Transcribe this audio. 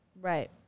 Right